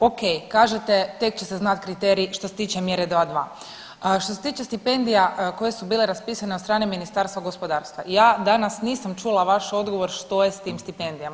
Ok, kažete tek će se znati kriteriji što se tiče mjere 2 2. Što se tiče stipendija koje su bile raspisane od strane Ministarstva gospodarstva, ja danas nisam čula vaš odgovor što je s tim stipendijama.